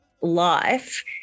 life